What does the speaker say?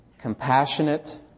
Compassionate